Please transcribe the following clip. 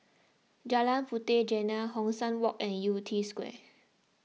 Jalan Puteh Jerneh Hong San Walk and Yew Tee Square